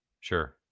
Sure